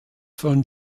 von